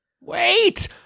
Wait